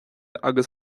agus